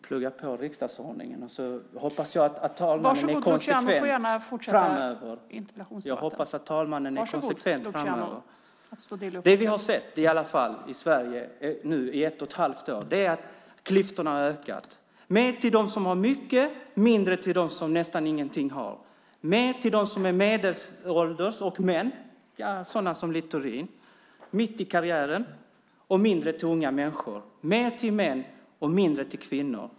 Fru talman! Littorin blir drygare och drygare. Den ständigt leende ministern här, som var så positiv och med hull och hår - nu vill han inte ens ta debatten längre. Jag får plugga på riksdagsordningen, och så hoppas jag att talmannen är konsekvent framöver. Det vi har sett i Sverige i alla fall i ett och ett halvt år nu är att klyftorna har ökat: mer till dem som har mycket och mindre till dem som nästan ingenting har, mer till dem som är medelålders och män - sådana som Littorin, mitt i karriären - och mindre till unga människor, mer till män och mindre till kvinnor.